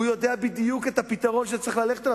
הוא יודע בדיוק את הפתרון שצריך ללכת אליו,